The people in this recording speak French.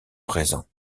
présents